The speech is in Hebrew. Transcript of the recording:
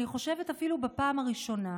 אני חושבת שאפילו בפעם הראשונה,